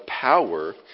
power